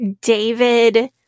David